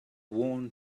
worn